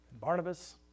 Barnabas